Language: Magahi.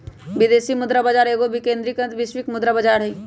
विदेशी मुद्रा बाजार एगो विकेंद्रीकृत वैश्विक मुद्रा बजार हइ